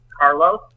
Carlos